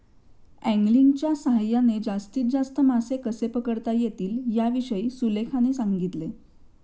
अँगलिंगच्या सहाय्याने जास्तीत जास्त मासे कसे पकडता येतील याविषयी सुलेखाने सांगितले